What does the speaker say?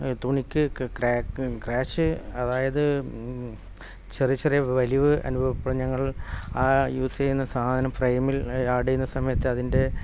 തുണിക്ക് ക് crack crash അതായത് ചെറിയ ചെറിയ വലിവ് അനുഭവപ്പെടും ഞങ്ങൾ ആ യൂസ് ചെയ്യുന്ന സാധനം ഫ്രെയിമിൽ ആഡ് ചെയ്യുന്ന സമയത്ത് അതിൻ്റെ